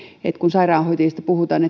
että kun kokeneista sairaanhoitajista puhutaan